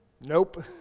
Nope